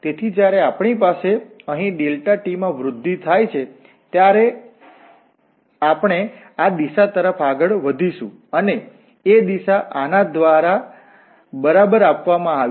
તેથી જ્યારે આપણી પાસે અહીં t માં વૃદ્ધિ થાય છે ત્યારે અમે આ દિશા તરફ આગળ વધીશું અને એ દિશા આના દ્વારા બરાબર આપવામાં આવી છે